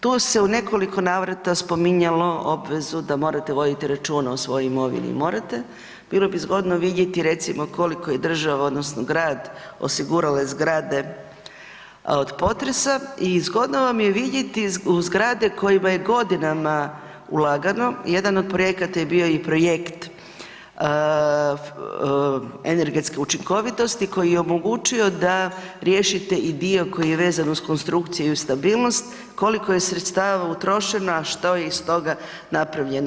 Tu se u nekoliko navrata spominjalo obvezu da morate voditi računa o svojoj imovini i morate, bilo bi zgodno vidjeti koliko je država odnosno grad osigurale zgrade od potresa i zgodno vam je vidjeti zgrade kojima je godinama ulagano, jedan od projekata je bio i projekt energetske učinkovitosti koji je omogućio da riješite i dio koji je vezan uz konstrukcije i stabilnost, koliko je sredstava utrošeno, a što je iz toga napravljeno.